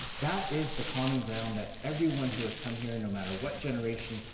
that is the common ground that everyone who has come here, and no matter what generation,